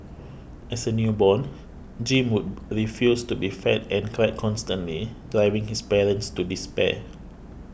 as a newborn Jim would refuse to be fed and cried constantly driving his parents to despair